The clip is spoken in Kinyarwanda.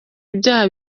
ibyaha